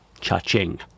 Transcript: cha-ching